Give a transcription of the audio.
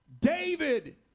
David